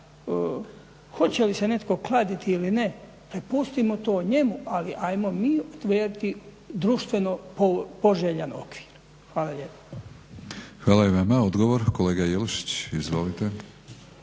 hoće li se netko kladiti ili ne prepustimo to njemu. Ali hajmo mi utvrditi društveno poželjan okvir. Hvala lijepo. **Batinić, Milorad (HNS)** Hvala i vama. Odgovor, kolega Jelušić. Izvolite.